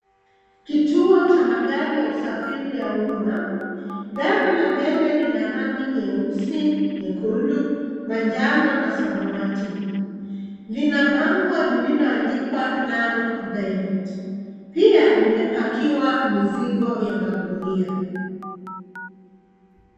Kituo cha magari ya usafiri ya umma. Gari la mbele lina rangi nyeusi, nyekundu, manjano, na samawati. Lina bango lililoandikwa Narok Direct . Pia limepakiwa mizigo ya magunia.